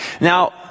Now